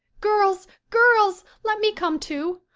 girls girls let me come, too.